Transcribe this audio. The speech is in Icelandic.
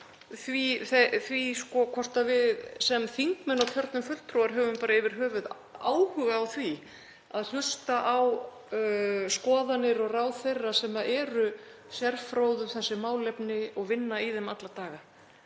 við sem þingmenn og kjörnir fulltrúar höfum bara yfir höfuð áhuga á því að hlusta á skoðanir og ráð þeirra sem eru sérfróðir um þessi málefni og vinna í þeim alla daga.